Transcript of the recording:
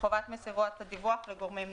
וחובת מסירת הדיווח לגורמים נוספים.